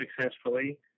successfully